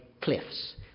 cliffs